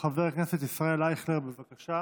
חבר הכנסת ישראל אייכלר, בבקשה.